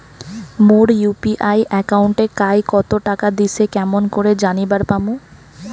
মোর UPI একাউন্টে কায় কতো টাকা দিসে কেমন করে জানিবার পামু?